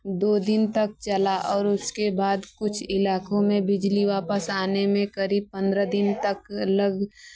दो दिन तक चला और उसके बाद कुछ इलाकों में बिजली वापस आने में करीब पन्द्रह दिन तक लग